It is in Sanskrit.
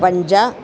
पञ्च